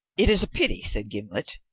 it is a pity, said gimblet,